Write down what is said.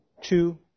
Two